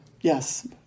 yes